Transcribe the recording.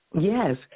Yes